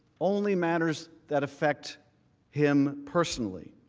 only matters that affect him personally.